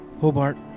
Hobart